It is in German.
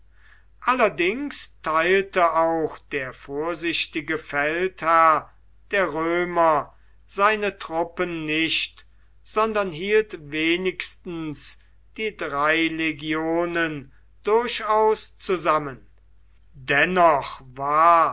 allerdings teilte auch der vorsichtige feldherr der römer seine truppen nicht sondern hielt wenigstens die drei legionen durchaus zusammen dennoch war